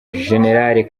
jenerali